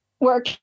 work